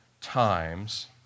times